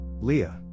Leah